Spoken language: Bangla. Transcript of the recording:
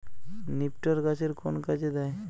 নিপটর গাছের কোন কাজে দেয়?